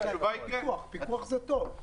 פיקוח זה טוב.